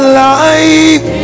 life